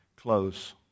close